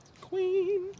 Queen